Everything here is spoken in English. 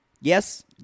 Yes